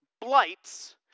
blights